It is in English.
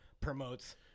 promotes